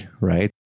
right